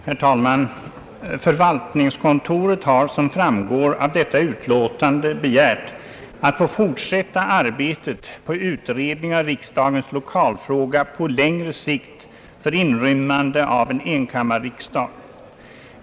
Herr talman! Förvaltningskontoret har, som framgår av detta utlåtande, begärt att få fortsätta arbetet på utredning av riksdagens lokalfråga på längre sikt för inrymmande av en enkammarriksdag.